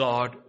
God